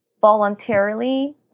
voluntarily